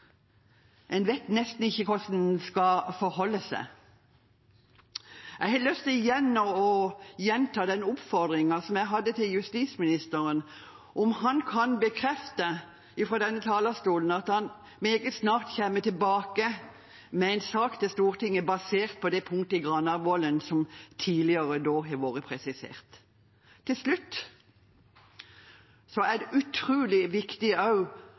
vet nesten ikke hvordan man skal forholde seg. Jeg har lyst til igjen å gjenta den oppfordringen som jeg hadde til justisministeren, om han kan bekrefte fra denne talerstolen at han meget snart kommer tilbake med en sak til Stortinget basert på det punktet i Granavolden-plattformen som tidligere har vært presisert. Til slutt: Det er utrolig viktig